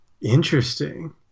Interesting